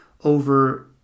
over